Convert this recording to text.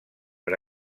per